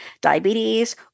diabetes